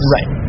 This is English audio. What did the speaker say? Right